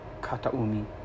Kataumi